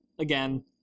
again